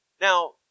Now